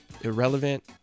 Irrelevant